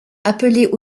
appelés